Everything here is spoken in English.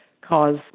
cause